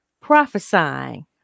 prophesying